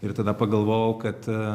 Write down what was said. ir tada pagalvojau kad